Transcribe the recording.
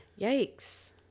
Yikes